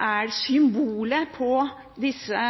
er det